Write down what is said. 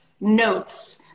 notes